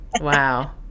Wow